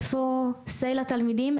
איפה say לתלמידים?